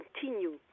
continue